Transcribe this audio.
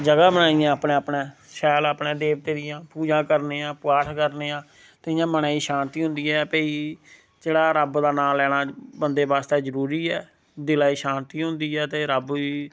जगह बनाई दियां अपने अपने शैल अपने देवतें दियां पूजा करने आं पाठ करने आं ते इयां मना गी शांति हुंदी ऐ भाई जेह्ड़ा रब्ब दा नां लैना बंदे बास्तै जरूरी ऐ दिला गी शांति हुंदी ऐ ते रब्ब गी